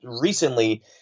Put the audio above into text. recently